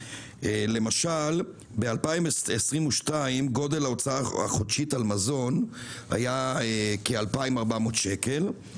למשל ב-2022 גודל ההוצאה החודשית על מזון היה כ-2,400 שקל,